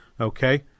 Okay